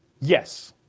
Yes